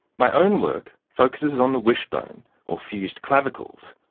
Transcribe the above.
my own work focuses on the wishbone or fused clavicles,